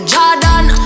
Jordan